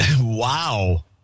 Wow